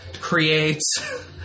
creates